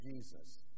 Jesus